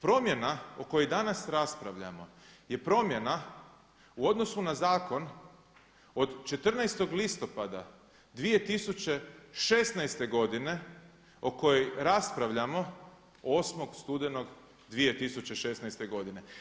Promjena o kojoj danas raspravljamo je promjena u odnosu na zakon od 14. listopada 2016. godine o kojoj raspravljamo 8. studenog 2016. godine.